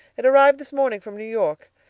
it arrived this morning from new york.